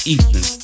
Eastern